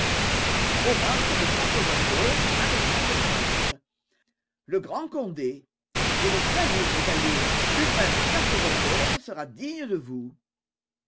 horace de sarzeau vendôme maréchal de france le grand condé je vous salue mes aïeux lupin de sarzeau vendôme sera digne de vous